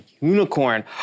unicorn